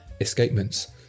escapements